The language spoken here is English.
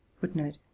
footnote